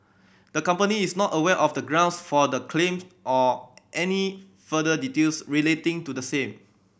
the company is not aware of the grounds for the claim or any further details relating to the same